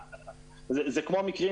זה כמו מקרים